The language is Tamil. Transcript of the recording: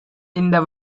இந்த